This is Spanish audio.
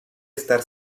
estar